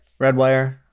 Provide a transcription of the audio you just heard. Redwire